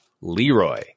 Leroy